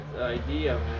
idea